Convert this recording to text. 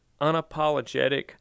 unapologetic